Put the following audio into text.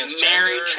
married